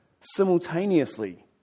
simultaneously